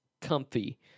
comfy